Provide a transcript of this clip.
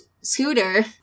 scooter